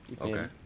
okay